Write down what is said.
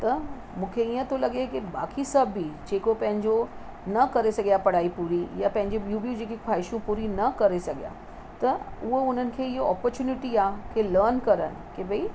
त मूंखे ईअं थो लॻे के बाक़ी सभ बि जेको पंहिंजो न करे सघियां पढ़ाई पूरी या पंहिंजी ॿियूं बि जेकी ख़्वाहिशूं पूरी न करे सघियां त उहो हुननि खे इहो ऑपॉचूनिटी आहे के लर्न करनि के भई